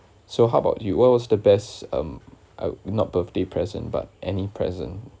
so how about you what was the best um um not birthday present but any present